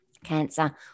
cancer